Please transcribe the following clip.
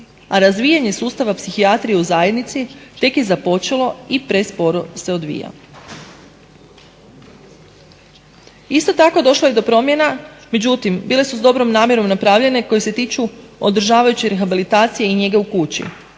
A razvijanje sustava psihijatrije u zajednici tek je započelo i presporo se odvija. Isto tako došlo je do promjena, međutim bile su s dobrom namjerom napravljene koje se tiču održavajući rehabilitacije i njege u kući